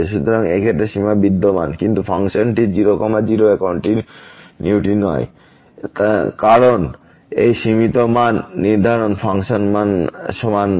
সুতরাং এই ক্ষেত্রে সীমা বিদ্যমান কিন্তু ফাংশনটি 0 0 এ কন্টিনিউইটি নয় কারণ এই সীমিত মান নির্ধারিত ফাংশন মান সমান নয়